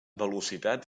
velocitat